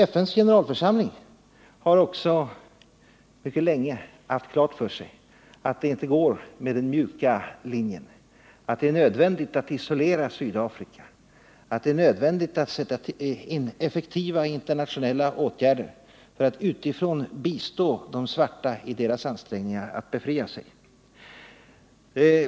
FN:s generalförsamling har också mycket länge haft klart för sig att det inte går med den mjuka linjen, att det är nödvändigt att isolera Sydafrika, att det är nödvändigt att sätta in effektiva internationella åtgärder för att utifrån bistå de svarta i deras ansträngningar att befria sig.